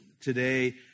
today